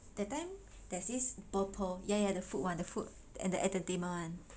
that time there's this Burple 爷爷的 food [one] the food and the entertainment [one]